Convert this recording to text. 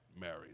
married